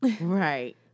Right